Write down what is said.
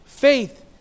Faith